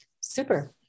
Super